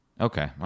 Okay